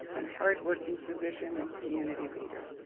and hardworking physician and community leader.